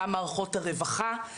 גם מערכות הרווחה,